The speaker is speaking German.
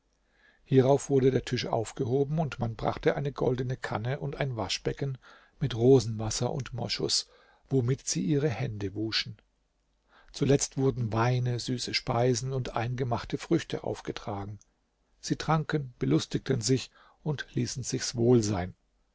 hierauf wurde der tisch aufgehoben und man brachte eine goldene kanne und ein waschbecken mit rosenwasser und moschus womit sie ihre hände wuschen zuletzt wurden weine süße speisen und eingemachte früchte aufgetragen sie tranken belustigten sich und ließen sich's wohl sein